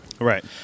right